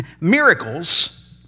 Miracles